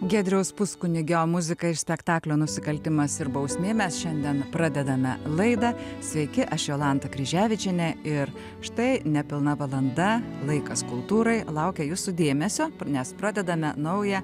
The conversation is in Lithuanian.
giedriaus puskunigio muzika iš spektaklio nusikaltimas ir bausmė mes šiandien pradedame laidą sveiki aš jolanta kryževičienė ir štai nepilna valanda laikas kultūrai laukia jūsų dėmesio nes pradedame naują